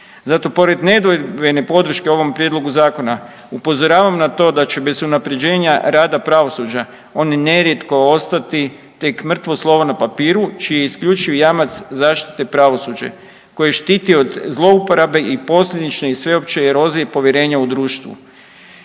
Zato pored nedvojbene podrške ovom prijedlogu zakona upozoravam na to da će bez unapređenja rada pravosuđa oni nerijetko ostati tek mrtvo slovo na papiru čiji je isključiv jamac zaštite pravosuđe koje štiti od zlouporabe i posljedično i sveopće erozije i povjerenja u društvu.